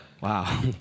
wow